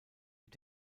mit